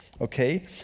Okay